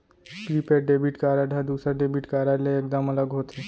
prepaid debit card ह दूसर debit card ले एकदम अलग होथे